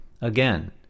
Again